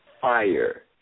fire